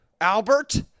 Albert